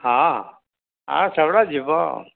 ହଁ ହଁ ହଁ ସେଗୁଡ଼ା ଯିବ